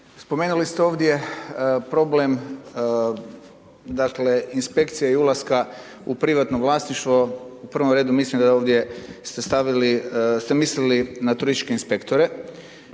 spomenuli ste ovdje problem dakle inspekcija i ulaska u privatno vlasništvo, u prvom redu mislim da ovdje ste mislili na turističke inspektore